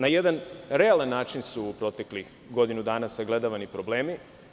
Na jedan realan način su u proteklih godinu dana sagledavani problemi.